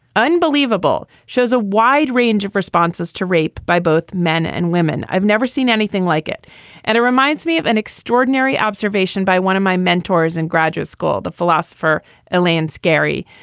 unbelievable shows a wide range of responses to rape by both men and women. i've never seen anything like it and it reminds me of an extraordinary observation by one of my mentors in graduate school the philosopher elaine scary.